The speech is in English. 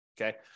Okay